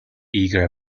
eager